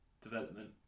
development